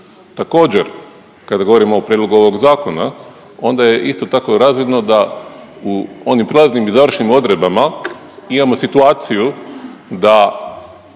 Također kada govorimo o prijedlogu ovog zakona, onda je isti tako razvidno da u onim prijelaznim i završnim odredbama imamo situaciju da